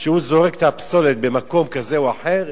כשהוא זורק את הפסולת במקום כזה או אחר,